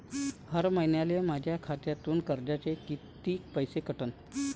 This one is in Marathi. हर महिन्याले माह्या खात्यातून कर्जाचे कितीक पैसे कटन?